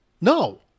No